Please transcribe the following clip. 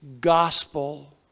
gospel